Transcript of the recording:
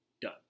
Done